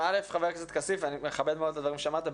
חבר הכנסת כסיף, אני מכבד מאוד את הדברים שאמרת.